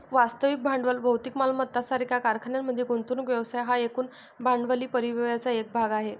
वास्तविक भांडवल भौतिक मालमत्ता सारख्या कारखान्यांमध्ये गुंतवणूक व्यवसाय हा एकूण भांडवली परिव्ययाचा एक भाग आहे